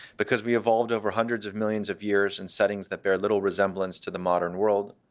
because we evolved over hundreds of millions of years in settings that bear little resemblance to the modern world,